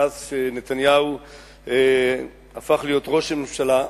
מאז הפך נתניהו ראש ממשלה,